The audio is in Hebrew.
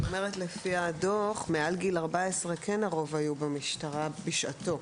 לפי הדוח מעל גיל 14 הרוב היו במשטרה בשעתו.